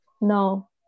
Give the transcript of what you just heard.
no